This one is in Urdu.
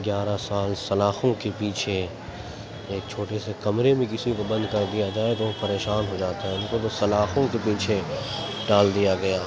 گیارہ سال سلاخوں کے پیچھے ایک چھوٹے سے کمرے میں کسی کو بند کر دیا جائے تو وہ پریشان ہو جاتا ہے ان کو تو سلاخوں کے پیچھے ڈال دیا گیا